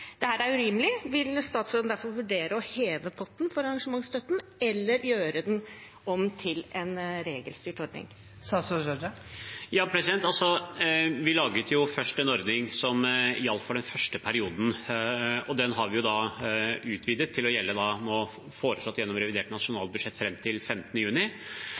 er urimelig. Vil statsråden derfor vurdere å heve potten for arrangementsstøtten, eller gjøre den om til en regelstyrt ordning? Vi laget først en ordning som gjaldt for den første perioden, og den har vi gjennom reviderte nasjonalbudsjett foreslått utvidet til å gjelde